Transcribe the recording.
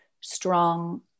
strong